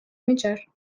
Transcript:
measure